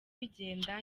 bigenda